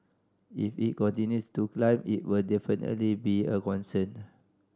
if it continues to climb it will definitely be a concern